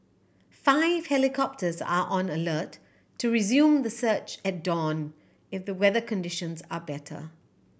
five helicopters are on alert to resume the search at dawn if the weather conditions are better